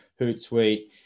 Hootsuite